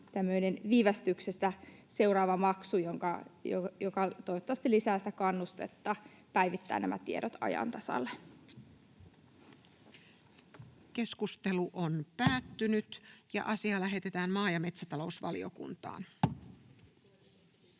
tämmöinen viivästyksestä seuraava maksu, joka toivottavasti lisää kannustetta päivittää nämä tiedot ajan tasalle. Keskustelu on päättynyt, ja asia lähetetään maa- ja metsätalousvaliokuntaan...